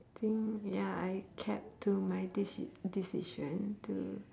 think ya I kept to my deci~ decision to